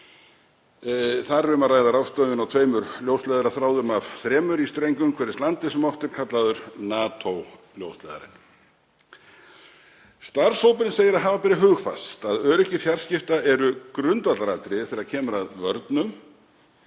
Þar er um að ræða ráðstöfun á tveimur ljósleiðaraþráðum af þremur í streng umhverfis landið sem oft er kallaður NATO-ljósleiðarinn. Starfshópurinn segir að hafa beri hugfast að öryggi fjarskipta eru grundvallaratriði þegar kemur að öryggi